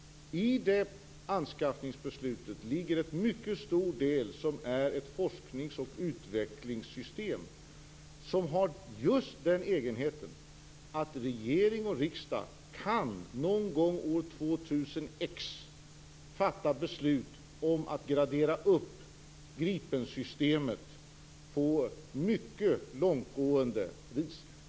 I det anskaffningsbeslutet ligger en mycket stor del som är ett forsknings och utvecklingssystem. Det har just den egenheten att regering och riksdag någon gång år 200X kan fatta beslut om att gradera upp Gripensystemet på mycket långtgående vis.